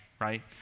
right